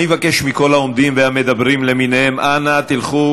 אני מבקש מכל העומדים והמדברים למיניהם, אנא תלכו